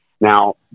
Now